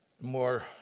more